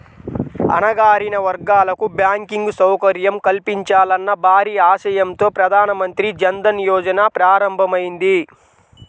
అణగారిన వర్గాలకు బ్యాంకింగ్ సౌకర్యం కల్పించాలన్న భారీ ఆశయంతో ప్రధాన మంత్రి జన్ ధన్ యోజన ప్రారంభమైంది